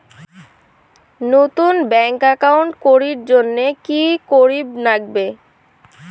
নতুন bank account করির জন্যে কি করিব নাগিবে?